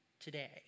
today